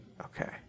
okay